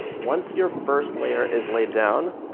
once your first layer is laid down.